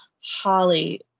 Holly